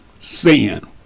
sin